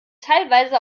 teilweise